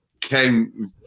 came